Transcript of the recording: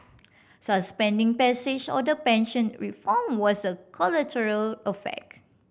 suspending passage of the pension reform was a collateral effect